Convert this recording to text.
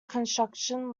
construction